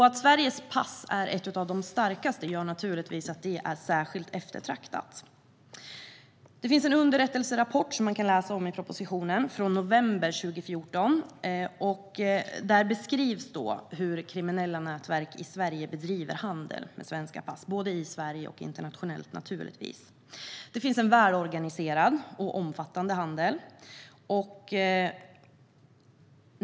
Att Sveriges pass är ett av de starkaste gör naturligtvis att det är särskilt eftertraktat. Det finns en underrättelserapport, som man kan läsa om i propositionen, från november 2014. Där beskrivs hur kriminella nätverk i Sverige bedriver handel med svenska pass, både i Sverige och internationellt, naturligtvis. Det finns en välorganiserad och omfattande handel.